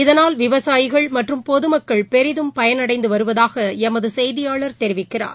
இதனால் விவசாயிகள் மற்றும் பொதுமக்கள் பெரிதும் பயனடைந்துவருவதாகஎமதுசெய்தியாளர் தெரிவிக்கிறார்